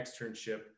externship